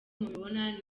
mubibona